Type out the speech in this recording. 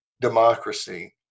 democracy